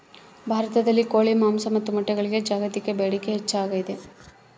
ಭಾರತದಲ್ಲಿ ಕೋಳಿ ಮಾಂಸ ಮತ್ತು ಮೊಟ್ಟೆಗಳಿಗೆ ಜಾಗತಿಕ ಬೇಡಿಕೆ ಹೆಚ್ಚಾಗ್ಯಾದ